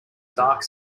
dark